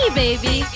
baby